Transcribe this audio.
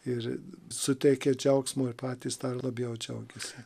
ir suteikė džiaugsmo ir patys dar labiau džiaugėsi